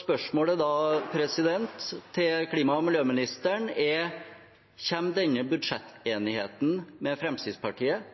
Spørsmålet til klima- og miljøministeren er da: Kommer denne budsjettenigheten med Fremskrittspartiet